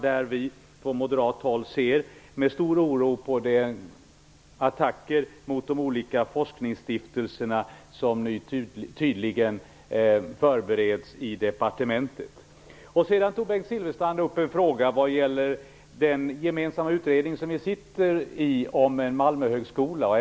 Vi ser från moderat håll med stor oro på de attacker mot de olika forskningsstiftelserna som nu tydligen förbereds i departementet. Sedan tog Bengt Silfverstrand upp en fråga vad gäller den utredning om en Malmöhögskola som vi gemensamt sitter i.